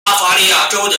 巴伐利亚州